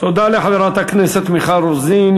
תודה לחברת הכנסת מיכל רוזין.